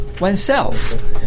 oneself